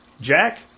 Jack